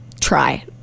try